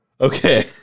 Okay